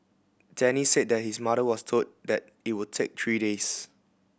Denny said that his mother was told that it would take three days